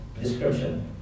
description